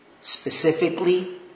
Specifically